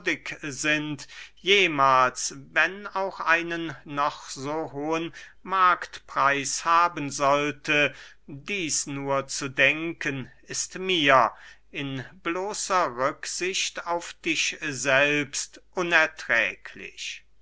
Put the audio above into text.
sind jemahls wenn auch einen noch so hohen marktpreis haben sollte dieß nur zu denken ist mir in bloßer rücksicht auf dich selbst unerträglich